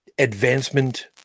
Advancement